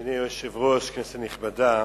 אדוני היושב-ראש, כנסת נכבדה,